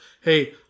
hey